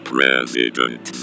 President